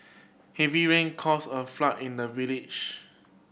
heavy rain caused a flood in the village